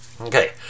Okay